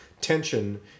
tension